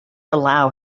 allow